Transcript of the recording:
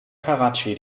karatschi